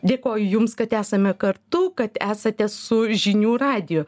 dėkoju jums kad esame kartu kad esate su žinių radiju